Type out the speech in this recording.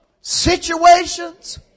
situations